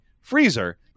freezer